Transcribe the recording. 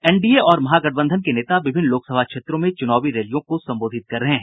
NDA और महागठबंधन के नेता विभिन्न लोकसभा क्षेत्रों में चुनावी रैलियों को संबोधित कर रहे हैं